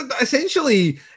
essentially